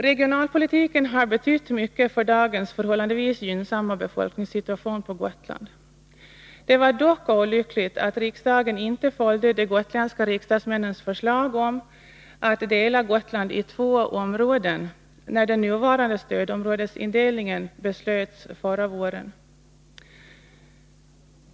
Regionalpolitiken har betytt mycket för dagens förhållandevis gynnsamma befolkningssituation på Gotland. Det var dock olyckligt att riksdagen inte följde de gotländska riksdagsmännens förslag om att dela Gotland i två områden, när den nuvarande stödområdesindelningen beslöts förra våren.